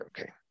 okay